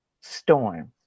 storm